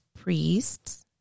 priests